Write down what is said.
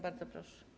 Bardzo proszę.